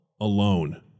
alone